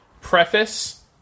Preface